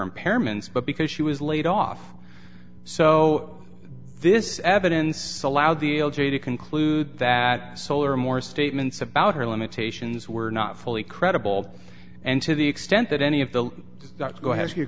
impairments but because she was laid off so this evidence allowed the l g to conclude that solar more statements about her limitations were not fully credible and to the extent that any of the dots go as you